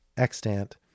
extant